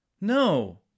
no